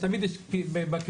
תמיד יש את הקיצון,